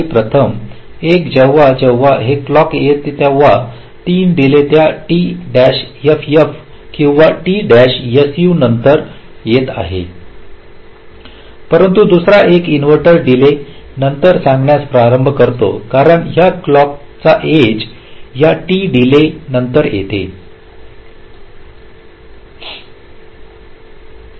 प्रथम 1 जेव्हा जेव्हा हे क्लॉक येते तेव्हा हे 3 डीले त्या t ff किंवा t su नंतर येत आहेत परंतु दुसरा एक या इन्व्हर्टर डीलेनंतर संगणनास प्रारंभ करतो कारण या क्लॉक ची एज या t डीले नंतर येते